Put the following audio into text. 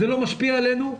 זה לא משפיע עלינו,